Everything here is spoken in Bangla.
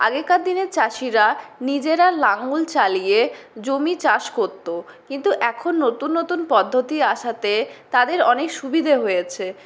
আগেকার দিনের চাষিরা নিজেরা লাঙল চালিয়ে জমি চাষ করতো কিন্তু এখন নতুন নতুন পদ্ধতি আসাতে তাদের অনেক সুবিধে হয়েছে